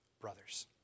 Brothers